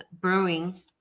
brewing